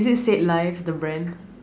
is it st-ives the brand